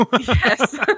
Yes